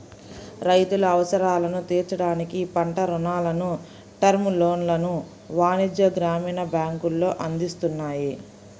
రైతుల అవసరాలను తీర్చడానికి పంట రుణాలను, టర్మ్ లోన్లను వాణిజ్య, గ్రామీణ బ్యాంకులు అందిస్తున్నాయి